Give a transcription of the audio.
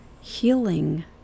healing